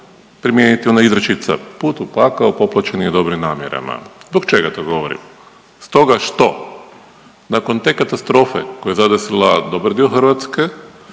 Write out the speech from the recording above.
primijeniti ona izrečica, put u pakao popločen je dobrim namjerama. Zbog čega to govorim? Stoga što nakon te katastrofe koja je zadesila dobar dio Hrvatske,